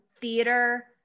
theater